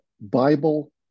Bible